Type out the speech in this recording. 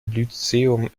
lyzeum